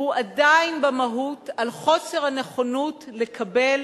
הוא עדיין במהות, על חוסר הנכונות לקבל